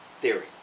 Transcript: theory